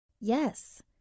Yes